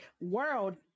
World